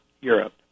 Europe